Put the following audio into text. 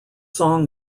song